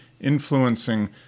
influencing